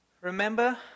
remember